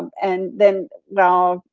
and then well,